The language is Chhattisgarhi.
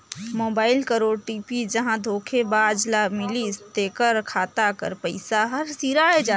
मोबाइल कर ओ.टी.पी जहां धोखेबाज ल मिलिस तेकर खाता कर पइसा हर सिराए जाथे